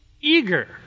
eager